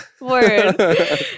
Word